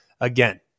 again